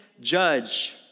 judge